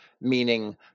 meaning